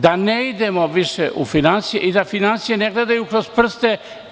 Da ne idemo više u finansije i da finansije ne gledaju kroz prste.